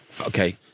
okay